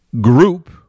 group